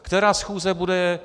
Která schůze bude?